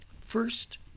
First